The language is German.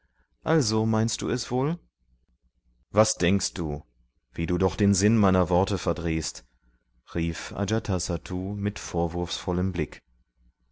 also meinst du es wohl was denkst du wie du doch den sinn meiner worte verdrehst rief ajatasattu mit vorwurfsvollem blick